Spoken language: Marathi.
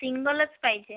सिंगलच पाहिजे